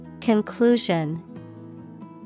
Conclusion